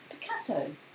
Picasso